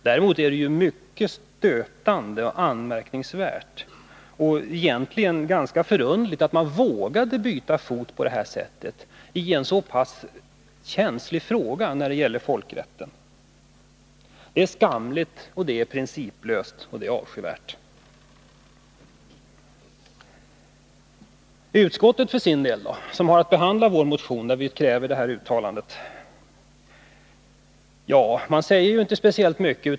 Däremot är det mycket stötande och anmärkningsvärt samt egentligen ganska förunderligt att man vågade byta fot på detta sätt i en så känslig fråga som folkrätten. Det är skamligt, principlöst och avskyvärt. Utskottet, som haft att behandla vår motion i vilken vi kräver detta uttalande, säger inte speciellt mycket.